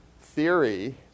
theory